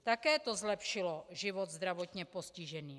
Také to zlepšilo život zdravotně postižených.